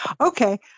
Okay